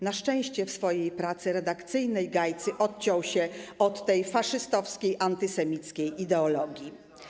Na szczęście w swojej pracy redakcyjnej Gajcy odciął się od tej faszystowskiej, antysemickiej ideologii.